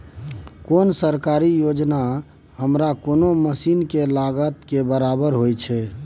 कोन सरकारी योजना हमरा कोनो मसीन के लागत के बराबर होय छै?